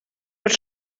per